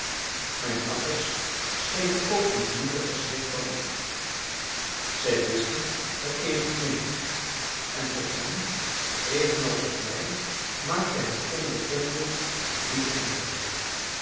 mijn makkers schenen ook niet minder verschrikt dan ik zij wisten het evenmin en op hen evenals op mij maakte het onbekende een diepen indruk